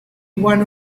one